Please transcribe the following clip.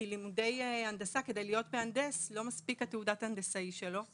כדי להיות מהנדס לא מספיק תעודת הנדסאי שלו.